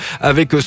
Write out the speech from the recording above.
avec